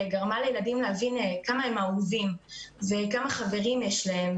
גרמה לילדים להבין כמה הם אהובים וכמה חברים יש להם,